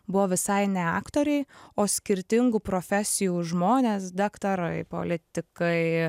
buvo visai ne aktoriai o skirtingų profesijų žmonės daktarai politikai